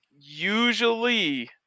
usually